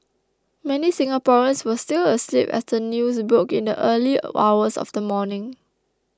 many Singaporeans were still asleep as the news broke in the early hours of the morning